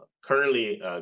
currently